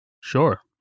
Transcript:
Sure